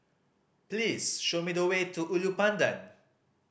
please show me the way to Ulu Pandan